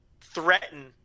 threaten